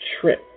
trip